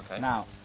Now